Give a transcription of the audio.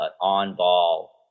on-ball